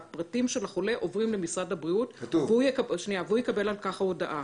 הפרטים של החולה עוברים למשרד הבריאות והוא יקבל על כך הודעה.